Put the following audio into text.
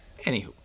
Anywho